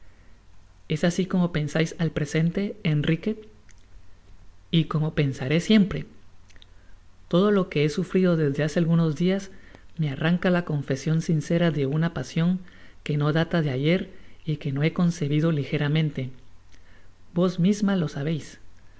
esasi como pensais al presente enrique y como pensaré siempre v todo lo que he sufrido desde hace algunos dias me arranca la confesion sincera de una pasion que no data de ayer y que no he concebido ligeramente vos mismalo sabeis